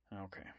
Okay